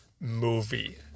movie